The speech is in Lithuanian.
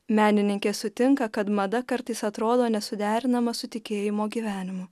menininkė sutinka kad mada kartais atrodo nesuderinama su tikėjimo gyvenimu